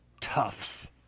Tufts